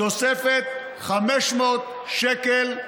תוספת 500 שקל,